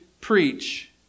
preach